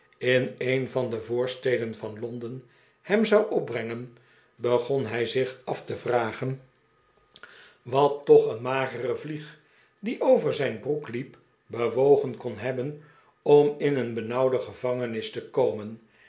in een van de voorsteden van londen hem zou opbrengen begon hij zich af te yragen gestoorde nachtrust wat toch een magere vlie'g die over zijn broek liep bewogen kon hebben om in een benauwde gevangenis te komen